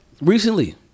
recently